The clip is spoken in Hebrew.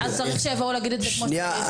אז צריך שיבואו להגיד את זה כמו שצריך.